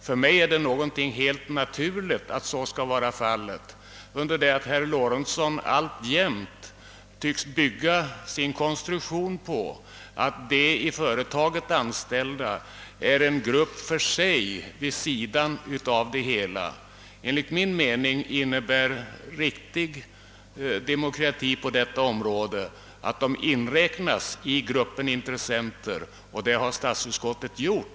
Att så skall vara fallet är för mig helt naturligt, under det att herr Lorentzon alltjämt tycks bygga sin konstruktion på att de i företaget anställda är en grupp för sig vid sidan av det hela. Enligt min mening innebär riktig demokrati att de anställda inräknas i gruppen intressenter, och det har statsutskottet gjort.